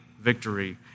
victory